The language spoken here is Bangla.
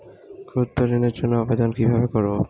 ক্ষুদ্র ঋণের জন্য আবেদন কিভাবে করব?